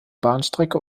bahnstrecke